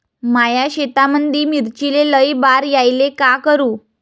माया शेतामंदी मिर्चीले लई बार यायले का करू?